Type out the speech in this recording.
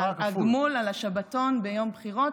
הגמול על השבתון ביום בחירות,